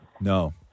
No